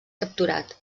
capturat